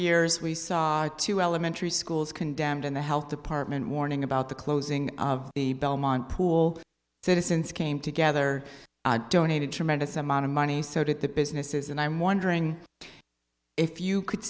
years we saw two elementary schools condemned and the health department warning about the closing of the belmont pool citizens came together donated tremendous amount of money so did the businesses and i'm wondering if you could